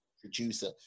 producer